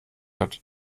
hat